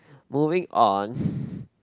moving on